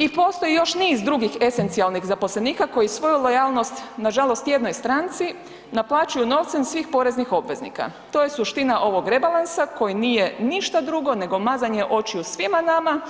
I postoji još niz drugih esencijalnih zaposlenika koji svoju lojalnost nažalost jednoj stranci, naplaćuju novcem svih poreznih obveznika, to je suština ovog rebalansa koji nije ništa drugo nego mazanje očiju svima nama,